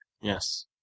Yes